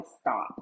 stop